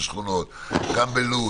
גם בלוד,